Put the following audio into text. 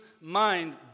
mind